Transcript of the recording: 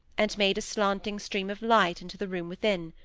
and made a slanting stream of light into the room within.